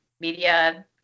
media